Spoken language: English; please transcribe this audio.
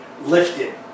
lifted